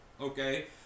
Okay